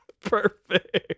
Perfect